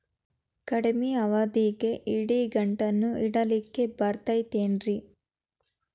ಕಡಮಿ ಅವಧಿಗೆ ಇಡಿಗಂಟನ್ನು ಇಡಲಿಕ್ಕೆ ಬರತೈತೇನ್ರೇ?